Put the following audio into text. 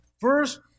First